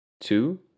two